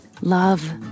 love